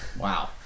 Wow